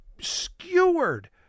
skewered